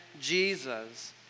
Jesus